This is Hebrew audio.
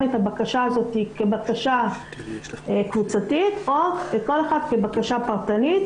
את הבק'שה הזאת כבקשה קבוצתית או כל אחד כבקשה פרטנית.